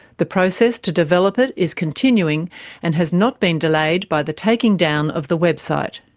the process to develop it is continuing and has not been delayed by the taking down of the website.